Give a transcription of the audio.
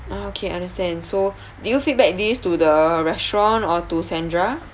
ah okay understand so did you feedback this to the restaurant or to sandra